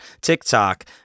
tiktok